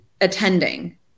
attending